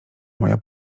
moja